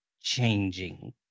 changing